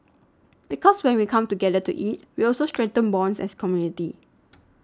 because when we come together to eat we also strengthen bonds as community